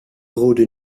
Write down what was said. rode